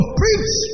preach